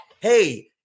hey